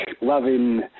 loving